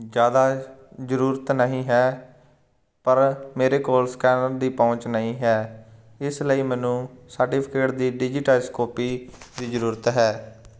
ਜ਼ਿਆਦਾ ਜ਼ਰੂਰਤ ਨਹੀਂ ਹੈ ਪਰ ਮੇਰੇ ਕੋਲ ਸਕੈਨਰ ਦੀ ਪਹੁੰਚ ਨਹੀਂ ਹੈ ਇਸ ਲਈ ਮੈਨੂੰ ਸਰਟੀਫਿਕੇਟ ਦੀ ਡਿਜੀਟਾਈਜ ਕੋਪੀ ਦੀ ਜ਼ਰੂਰਤ ਹੈ